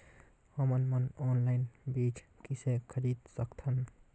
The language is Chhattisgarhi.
हमन मन ऑनलाइन बीज किसे खरीद सकथन?